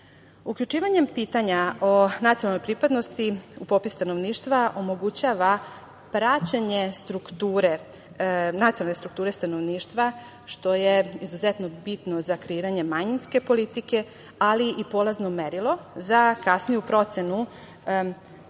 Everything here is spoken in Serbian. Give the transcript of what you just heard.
društvo. Uključivanjem pitanja o nacionalnoj pripadnosti u popis stanovništva omogućava praćenje nacionalne strukture stanovništva, što je izuzetno bitno za kreiranje manjinske politike, ali i polazno merilo za kasniju procenu, kao što